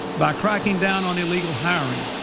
by cracking down on illegal hiring,